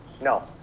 No